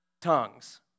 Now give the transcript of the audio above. tongues